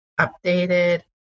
updated